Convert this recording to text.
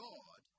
God